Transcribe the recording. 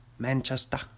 Manchester